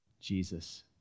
Jesus